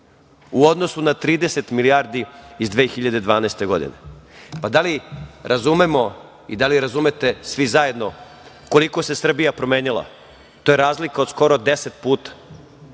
u odnosu na 30 milijardi iz 2012. godine. Da li razumemo i da li razumete svi zajedno koliko se Srbija promenila? To je razlika od skoro deset puta. Mi